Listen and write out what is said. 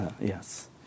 Yes